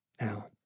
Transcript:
Now